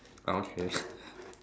okay